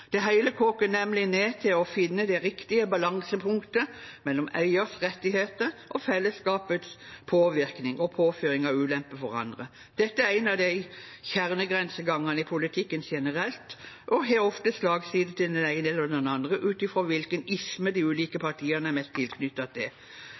Det hele koker nemlig ned til å finne det riktige balansepunktet mellom eiers rettigheter og fellesskapets påvirkning og påføring av ulempe for andre. Dette er en av kjernegrensegangene i politikken generelt og har ofte slagside den ene eller den andre veien, ut fra hvilken isme de ulike